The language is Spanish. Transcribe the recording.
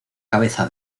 cabeza